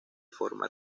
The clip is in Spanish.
forma